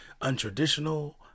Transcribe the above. untraditional